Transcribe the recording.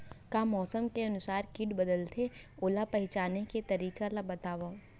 का मौसम के अनुसार किट बदलथे, ओला पहिचाने के तरीका ला बतावव?